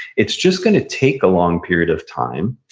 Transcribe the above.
it's just going to take a long period of time,